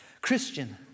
Christian